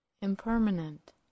Impermanent